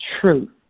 truth